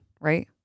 right